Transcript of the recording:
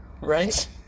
Right